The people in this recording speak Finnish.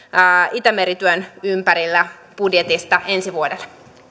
itämeri työn ympärillä budjetista ensi vuodelle